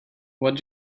what